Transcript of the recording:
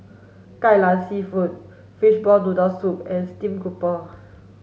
Kai Lan seafood fishball noodle soup and stream grouper